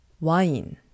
wine